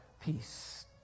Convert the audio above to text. peace